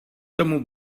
tomu